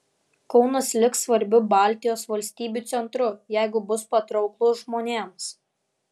kaunas liks svarbiu baltijos valstybių centru jeigu bus patrauklus žmonėms